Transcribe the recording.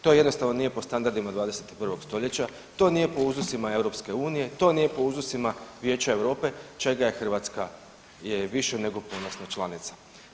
To jednostavno nije po standardima 21. stoljeća, to nije po uzusima EU, to nije po uzusima Vijeća Europe čega je Hrvatska je više nego ponosna članica.